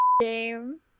game